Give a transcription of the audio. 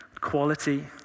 quality